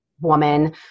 woman